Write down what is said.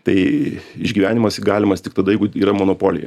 tai išgyvenimas galimas tik tada jeigu yra monopolija